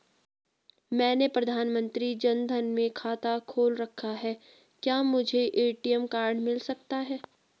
मैंने प्रधानमंत्री जन धन में खाता खोल रखा है क्या मुझे ए.टी.एम कार्ड मिल सकता है?